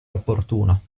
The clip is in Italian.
opportuno